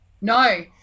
No